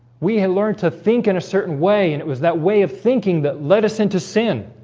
we had learned to think in a certain way and it was that way of thinking that led us into sin